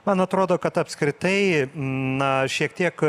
man atrodo kad apskritai na šiek tiek